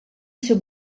ser